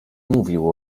mówił